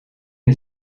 het